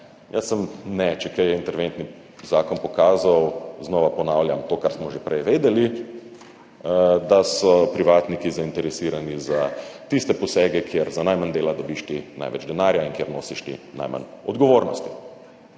dob. Ne, če kaj, je interventni zakon pokazal, znova ponavljam, to, kar smo že prej vedeli, da so privatniki zainteresirani za tiste posege, kjer za najmanj dela dobiš ti največ denarja in kjer nosiš ti najmanj odgovornosti.